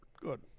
Good